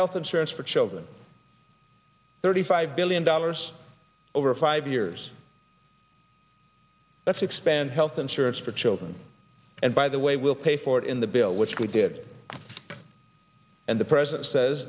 health insurance for children thirty five billion dollars over five years let's expand health insurance for children and by the way we'll pay for it in the bill which we did and the president says